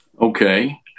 Okay